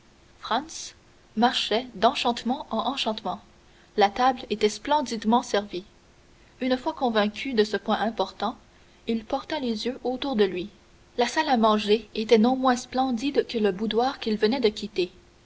marchait d'enchantements en enchantements la table était splendidement servie une fois convaincu de ce point important il porta les yeux autour de lui la salle à manger était non moins splendide que le boudoir qu'il venait de quitter